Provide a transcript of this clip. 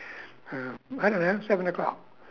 uh I don't know seven o'clock